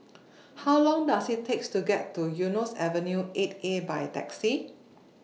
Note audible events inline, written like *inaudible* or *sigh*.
*noise* How Long Does IT takes to get to Eunos Avenue eight A By Taxi